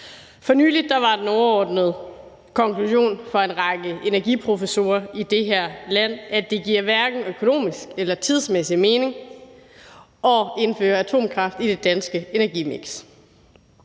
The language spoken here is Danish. For nylig var den overordnede konklusion fra en række energiprofessorer i det her land, at det hverken økonomisk eller tidsmæssigt giver mening at indføre atomkraft i det danske energimiks.